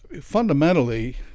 Fundamentally